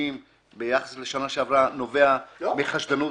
לשינויים ביחס לשנה שעברה, נובע מחשדנות